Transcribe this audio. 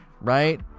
right